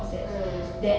mm